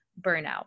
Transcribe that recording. burnout